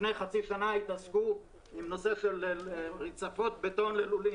לפני חצי שנה התעסקו עם נושא של רצפות בטון ללולים,